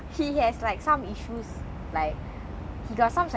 மண்ட ஓடிட்டு:manda odittu what do you mean